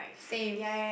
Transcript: same